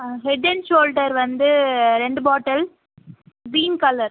on head and shoulder வந்து ரெண்டு bottle green colour